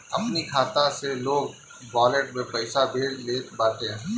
अपनी खाता से लोग वालेट में पईसा भेज लेत बाटे